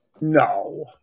no